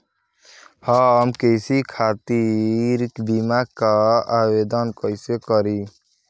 हम कृषि खातिर बीमा क आवेदन कइसे करि?